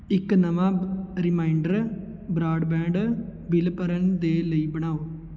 ਇੱਕ ਨਵਾਂ ਬ ਰੀਮਾਈਂਡਰ ਬਰਾਡਬੈਂਡ ਬਿਲ ਭਰਨ ਦੇ ਲਈ ਬਣਾਓ